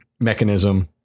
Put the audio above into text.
mechanism